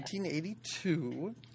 1982